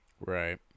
right